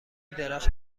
درخت